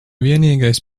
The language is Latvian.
vienīgais